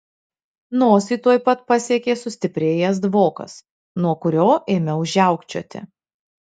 nosį tuoj pat pasiekė sustiprėjęs dvokas nuo kurio ėmiau žiaukčioti